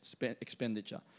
expenditure